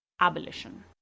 abolition